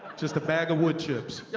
just a bag of wood chips. yeah